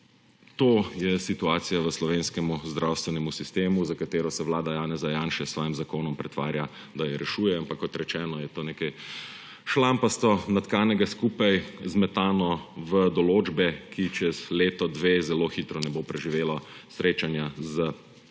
To je situacija v slovenskem zdravstvenem sistemu, za katero se vlada Janeza Janše s svojim zakonom pretvarja, da jo rešuje, ampak kot rečeno, je to nekaj šlampasto natkanega skupaj, zmetano v določbe, ki čez leto, dve zelo hitro ne bo preživelo srečanja z